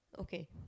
Okay